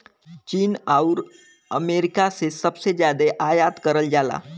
चीन आउर अमेरिका से सबसे जादा आयात करल जाला